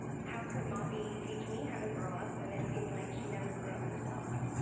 how could moppy teach me how to grow up, when it seems like she never grew up herself?